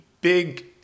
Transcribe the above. big